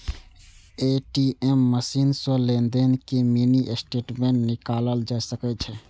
ATM machine सं लेनदेन के मिनी स्टेटमेंट निकालल जा सकै छै